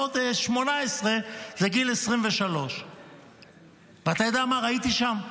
כי בעוד 18 זה גיל 23. אתה יודע מה ראיתי שם?